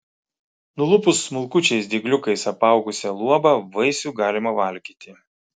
nulupus smulkučiais dygliukais apaugusią luobą vaisių galima valgyti